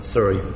Sorry